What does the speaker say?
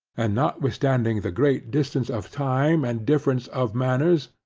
and notwithstanding the great distance of time and difference of manners,